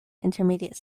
intermediate